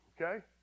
Okay